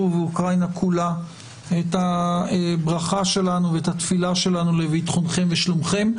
ובאוקראינה כולה את הברכה שלנו ואת התפילה שלנו לביטחונכם ושלומכם.